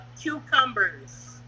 cucumbers